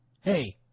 Hey